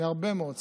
מהרבה מאוד סיבות.